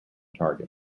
target